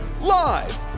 Live